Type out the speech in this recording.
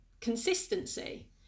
consistency